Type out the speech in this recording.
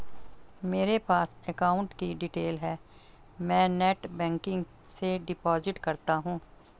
मेरे पास अकाउंट की डिटेल है मैं नेटबैंकिंग से डिपॉजिट करता हूं